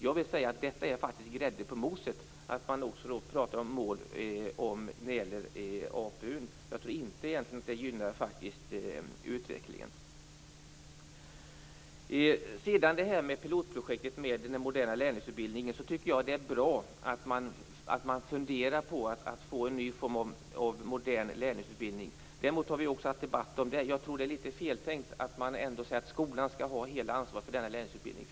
Jag vill säga att det faktiskt är grädde på moset att prata om mål när det gäller APU. Jag tror egentligen inte att det gynnar utvecklingen. Jag tycker att det är bra att man funderar på att få en ny form av modern lärlingsutbildning. Vi har ju haft en debatt om det också. Men jag tror att det är litet feltänkt när man säger att skolan skall ha hela ansvaret för lärlingsutbildningen.